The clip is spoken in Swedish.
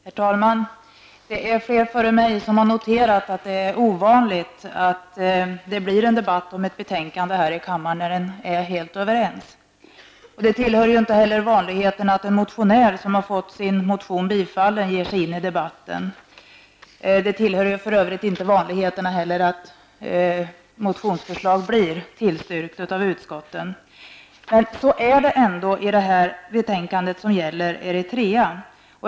Herr talman! Det är flera som före mig har noterat att det är ovanligt att det blir debatt här i kammaren om ett betänkande som vi är helt överens om. Det tillhör inte heller vanligheterna att en motionär som har fått sin motion tillstyrkt ger sig in i debatten. Det tillhör för övrigt inte heller vanligheterna att motionsförslag blir tillstyrkta av utskotten. Men så är det ändå i det här betänkandet som gäller Eritrea.